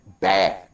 bad